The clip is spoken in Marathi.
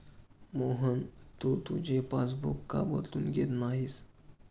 मोहन, तू तुझे पासबुक का बदलून घेत नाहीस?